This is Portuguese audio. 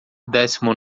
décimo